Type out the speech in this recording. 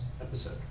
episode